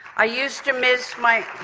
i used to miss my